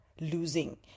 losing